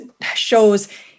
shows